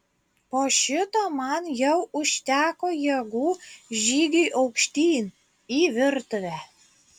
po šito man jau užteko jėgų žygiui aukštyn į virtuvę